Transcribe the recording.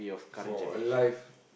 for alive